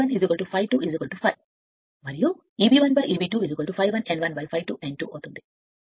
మరియు Eb 1 Eb 2 అప్పుడు ∅1 n 1 ∅ 2 అవుతుంది